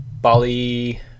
Bali